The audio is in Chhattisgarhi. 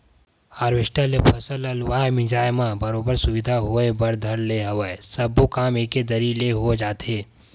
हारवेस्टर ले फसल ल लुवाए मिंजाय म बरोबर सुबिधा होय बर धर ले हवय सब्बो काम एके दरी ले हो जाथे